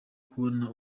kubona